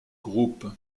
groupe